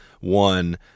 one